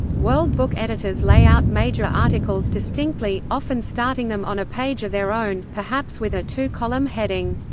world book editors lay out major articles distinctly, often starting them on a page of their own, perhaps with a two-column heading.